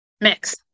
mix